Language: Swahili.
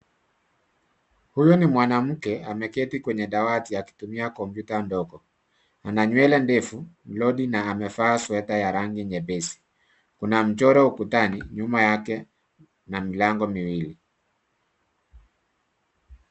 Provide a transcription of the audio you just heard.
Huyu ni mwanamke ameketi kwenye dawati akitumia kompyuta ndogo. Ananywele ndefu, [cs ] longi [cs ] na amevaa sweta ya rangi nyepesi. Kuna mchoro ukutani nyuma yake na milango miwili.